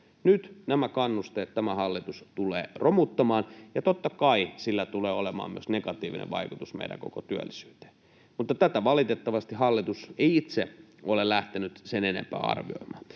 Nyt nämä kannusteet tämä hallitus tulee romuttamaan, ja totta kai sillä tulee olemaan myös negatiivinen vaikutus meidän koko työllisyyteen Mutta tätä valitettavasti hallitus ei itse ole lähtenyt sen enempää arvioimaan.